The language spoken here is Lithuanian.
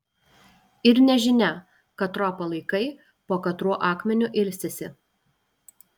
ir nežinia katro palaikai po katruo akmeniu ilsisi